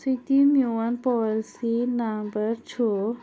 سۭتی میٛون پالیسی نمبر چھُ